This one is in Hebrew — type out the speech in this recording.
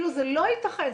זה לא ייתכן.